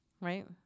right